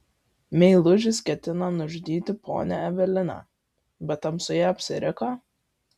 meilužis ketino nužudyti ponią eveliną bet tamsoje apsiriko